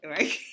Right